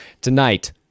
tonight